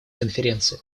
конференции